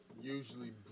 usually